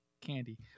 candy